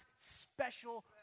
special